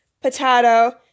potato